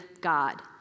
God